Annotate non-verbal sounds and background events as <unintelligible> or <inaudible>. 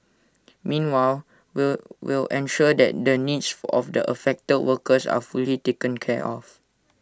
meanwhile will will ensure that the needs <unintelligible> of the affected workers are fully taken care of